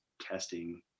testing